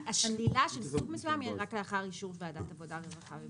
השלילה של סוג מסוים היא רק לאחר אישור ועדת עבודה והרווחה.